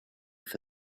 for